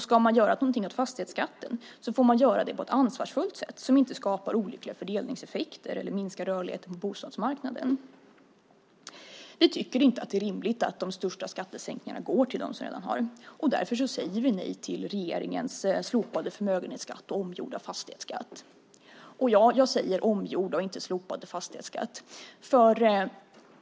Ska man göra någonting åt fastighetsskatten får man göra det på ett ansvarsfullt sätt som inte skapar olyckliga fördelningseffekter eller minskar rörligheten på bostadsmarknaden. Vi tycker inte att det är rimligt att de största skattesänkningarna går till dem som redan har. Därför säger vi nej till regeringens slopade förmögenhetsskatt och omgjorda fastighetsskatt. Jag säger omgjorda och inte slopade fastighetsskatt.